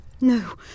No